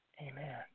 amen